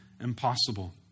impossible